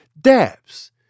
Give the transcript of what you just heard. Daps